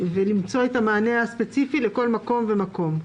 ולמצוא את המענה הספציפי לכל מקום ומקום.